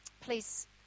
Please